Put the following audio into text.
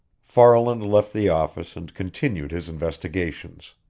farland left the office and continued his investigations.